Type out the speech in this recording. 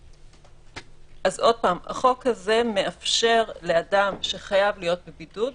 שוב החוק הזה מאפשר לאדם שחייב להיות בבידוד,